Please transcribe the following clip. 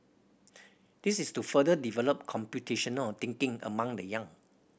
this is to further develop computational thinking among the young